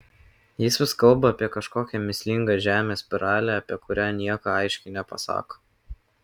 jis vis kalba apie kažkokią mįslingą žemės spiralę apie kurią nieko aiškiai nepasako